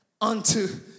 unto